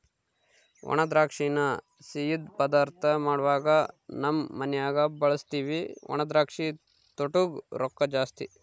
ಒಣದ್ರಾಕ್ಷಿನ ಸಿಯ್ಯುದ್ ಪದಾರ್ಥ ಮಾಡ್ವಾಗ ನಮ್ ಮನ್ಯಗ ಬಳುಸ್ತೀವಿ ಒಣದ್ರಾಕ್ಷಿ ತೊಟೂಗ್ ರೊಕ್ಕ ಜಾಸ್ತಿ